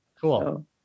Cool